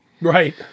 Right